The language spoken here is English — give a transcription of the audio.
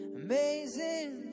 amazing